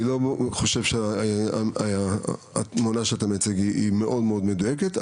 אני לא חושב שהתמונה שאתה מציג פה היא מאוד מאוד מדויקת,